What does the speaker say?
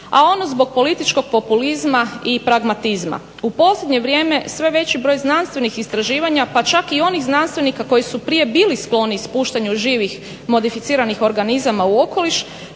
a ono zbog političkog populizma i pragmatizma. U posljednje vrijeme sve veći broj znanstvenih istraživanja pa čak i onih znanstvenika koji su prije bili skloni ispuštanju živih modificiranih organizama u okoliš